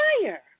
fire